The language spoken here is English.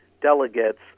delegates